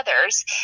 others